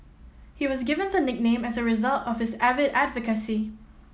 he was given the nickname as a result of his avid advocacy